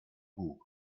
bug